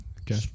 Okay